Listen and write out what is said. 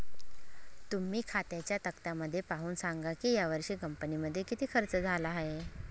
तुम्ही खात्यांच्या तक्त्यामध्ये पाहून सांगा की यावर्षी कंपनीमध्ये किती खर्च झाला आहे